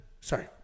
sorry